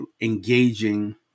engaging